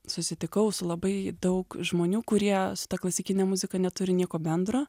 susitikau su labai daug žmonių kurie su ta klasikine muzika neturi nieko bendro